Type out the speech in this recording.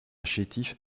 chétif